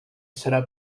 serà